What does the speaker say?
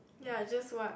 ya it's just what